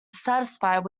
dissatisfied